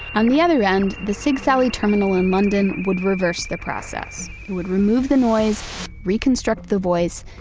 on the other end, the sigsaly terminal in london would reverse the process. it would remove the noise, reconstruct the voice,